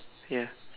ya